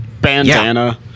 bandana